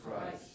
Christ